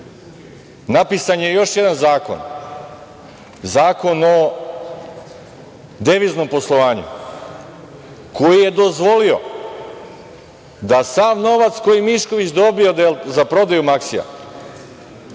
tako. Napisan je još jedan zakon, Zakon o deviznom poslovanju koji je dozvolio da sav novac koji Mišković dobije za prodaju „Maksija“